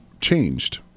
changed